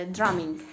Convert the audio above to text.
Drumming